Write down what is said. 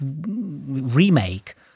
remake